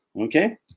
okay